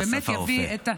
באסף הרופא.